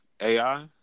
AI